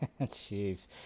Jeez